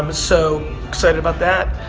um so excited about that.